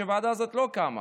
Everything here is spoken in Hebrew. הוועדה הזאת לא קמה.